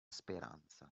speranza